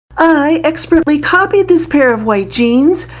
i expertly copied this pair of white jeans,